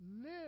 live